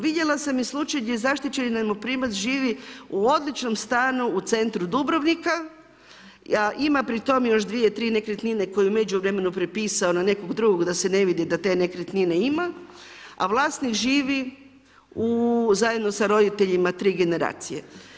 Vidjela sam i slučaj gdje zaštićeni najmoprimac živi u odličnom stanu u centru Dubrovnika a ima pri tome još 2, 3, nekretnine koje je u međuvremenu prepisao na nekog drugog da se ne vidi da te nekretnine ima a vlasnik živi zajedno sa roditeljima 3 generacije.